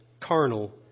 carnal